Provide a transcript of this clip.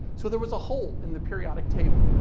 so there was a hole in the periodic table.